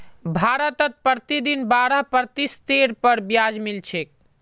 भारतत प्रतिदिन बारह प्रतिशतेर पर ब्याज मिल छेक